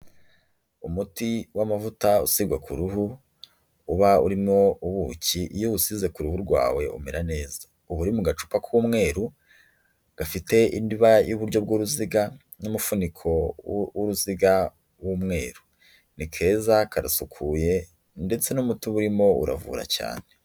Umuti w'amavuta usigwa ku ruhu, uba urimo ubuki iyo uwusize ku ruhu rwawe umera neza. Uba uri mu gacupa k'umweru, gafite indiba y'iburyo bw'uruziga n'umufuniko w'uruziga w'umweru. Ni keza, karusukuye ndetse n'umuti uba urimo uravura cyane.